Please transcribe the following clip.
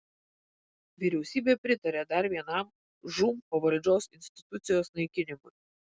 vyriausybė pritarė dar vienam žūm pavaldžios institucijos naikinimui